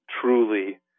truly